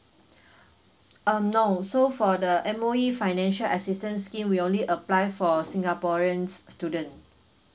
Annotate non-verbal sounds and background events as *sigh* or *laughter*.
*breath* um no so for the M_O_E financial assistance scheme we only apply for singaporeans student